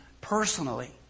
personally